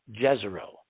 Jezero